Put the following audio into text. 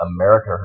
America